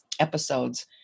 episodes